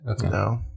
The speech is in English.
No